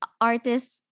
artists